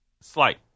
Slight